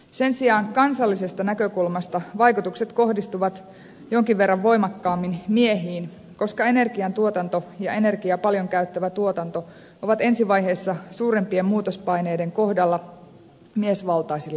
sen sijaan kansallisesta näkökulmasta vaikutukset kohdistuvat jonkin verran voimakkaammin miehiin koska energiantuotanto ja energiaa paljon käyttävä tuotanto ovat ensi vaiheessa suurempien muutospaineiden kohdalla miesvaltaisilla aloilla